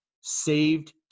saved